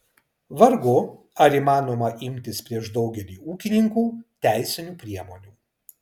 vargu ar įmanoma imtis prieš daugelį ūkininkų teisinių priemonių